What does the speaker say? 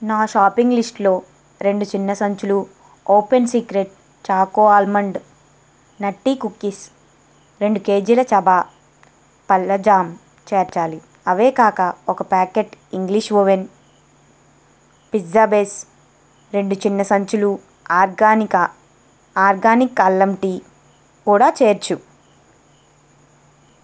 నా షాపింగ్ లిస్ట్లో రెండు చిన్న సంచులు open secret choco almond nutty cookies రెండు కేజీల చబా పళ్ళ జామ్ చేర్చాలి అవే కాక ఒక packet English oven pizza base రెండు చిన్న సంచులు ఆర్గానికా ఆర్గానిక్ అల్లం టీ కూడా చేర్చు